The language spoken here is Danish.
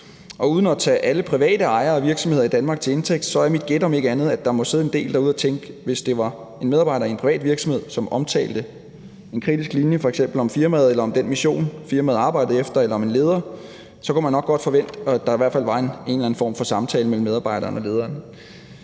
Og uden at tage alle private ejere af virksomheder i Danmark til indtægt for det, er mit gæt, at der om ikke andet må sidde en del derude og tænke, at hvis det var en medarbejder i en privat virksomhed, som udtalte en kritik af f.eks. firmaet eller den mission, firmaet arbejdede efter, eller af en leder, så kunne man nok godt forvente, at der i hvert fald var en eller anden form for samtale mellem medarbejdere og lederen.